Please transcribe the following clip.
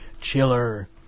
Chiller